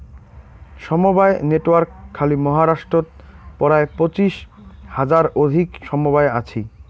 সমবায় নেটওয়ার্ক খালি মহারাষ্ট্রত পরায় পঁচিশ হাজার অধিক সমবায় আছি